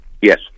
Yes